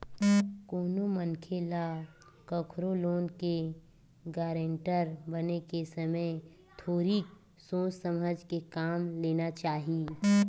कोनो मनखे ल कखरो लोन के गारेंटर बने के समे थोरिक सोच समझ के काम लेना चाही